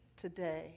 today